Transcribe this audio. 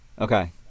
Okay